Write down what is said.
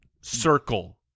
circle